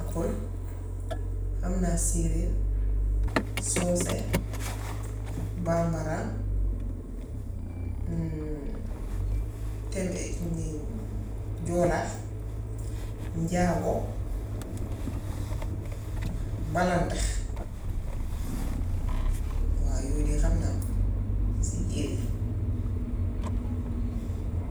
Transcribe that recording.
Pol, xam naa séeréer, soose, bàmbara, ten age, mu ngi joolaa, njaago, balanta, waaw yooy de xam naa ko si giir yi.